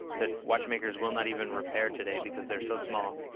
that watchmakers will not even repair today because they're so small.